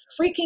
freaking